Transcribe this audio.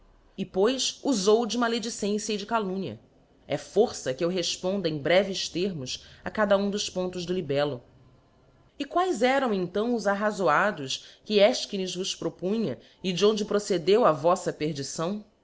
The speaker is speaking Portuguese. e pois ufou de maledicência e de calumnia é força que eu refponda em breves termos a cada um dos pontos do líbello e quaes eram então os arrafoados que efchines vos propunha e d'onde procedeu a voífa perdição